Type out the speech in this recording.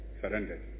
surrendered